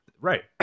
Right